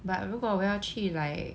but 如果我要去 like